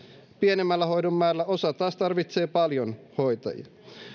pienemmällä hoidon määrällä osa taas tarvitsee paljon hoitajia